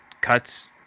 cuts